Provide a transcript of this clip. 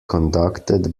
conducted